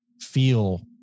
feel